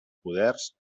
poders